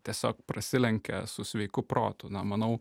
tiesiog prasilenkia su sveiku protu na manau